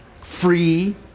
free